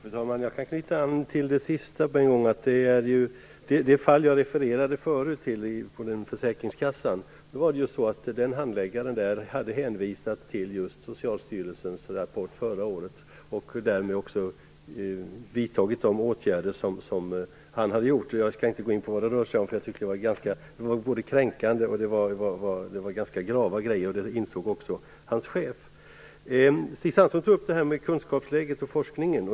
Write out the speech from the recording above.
Fru talman! Jag skall knyta an till det sista. I det fall jag refererade förut gällande försäkringskassan hade handläggaren hänvisat till Socialstyrelsens rapport förra året och därmed vidtagit åtgärder. Jag skall inte gå in på vad det rör sig om, men det var både kränkande och grava saker. Det insåg också handläggarens chef. Stig Sandström tog upp kunskapsläget och forskningen.